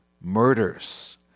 murders